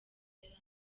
butera